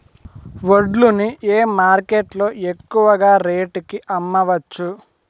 వడ్లు ని ఏ మార్కెట్ లో ఎక్కువగా రేటు కి అమ్మవచ్చు?